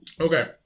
Okay